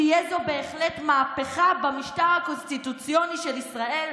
תהיה זו בהחלט מהפכה במשטר הקונסטיטוציוני של ישראל,